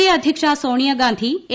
A അധ്യക്ഷ Sonia Gandhi A